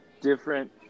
different